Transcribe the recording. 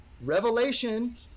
revelation